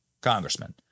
Congressman